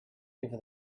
over